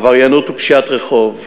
עבריינות ופשיעת רחוב,